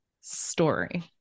story